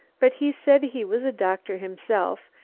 but he said he was a doctor himself,